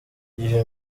gihe